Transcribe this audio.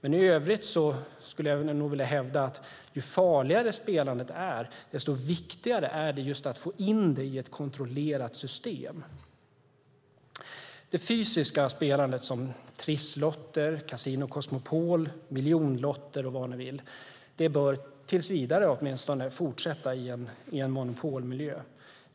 I övrigt vill jag hävda att ju farligare spelandet är desto viktigare är det att få in det i ett kontrollerat system. Det fysiska spelandet som trisslotter, Casino Cosmopol, miljonlotter och så vidare bör tills vidare fortsätta i en monopolmiljö.